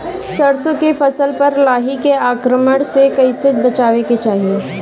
सरसो के फसल पर लाही के आक्रमण से कईसे बचावे के चाही?